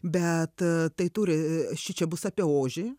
bet tai turi šičia bus apie ožį